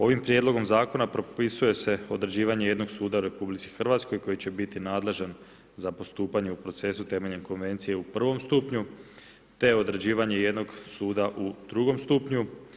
Ovim prijedlogom Zakona propisuje se određivanje jednog suda u RH koji će biti nadležan za postupanje u procesu temeljem Konvencije u prvom stupnju te određivanje jednog suda u drugom stupnju.